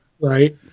Right